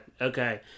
okay